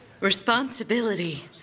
Responsibility